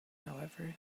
however